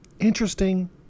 interesting